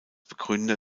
begründer